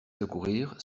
secourir